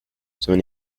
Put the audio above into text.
son